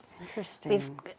Interesting